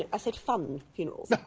ah said funn funerals. oh